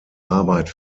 arbeit